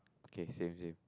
okay same same